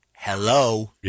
Hello